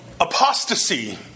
Apostasy